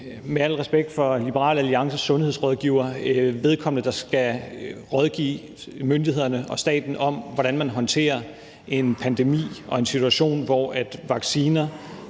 med al respekt for Liberal Alliances sundhedsrådgiver – vedkommende, der skal rådgive myndighederne og staten om, hvordan man håndterer en pandemi og en situation, hvor vacciner